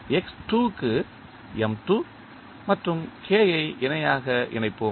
எனவே x2 க்கு M2 மற்றும் K ஐ இணையாக இணைப்போம்